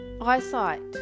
Eyesight